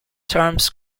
terms